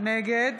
נגד